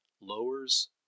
lowers